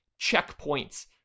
checkpoints